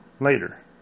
later